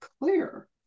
clear